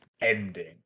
ending